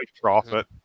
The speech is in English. profit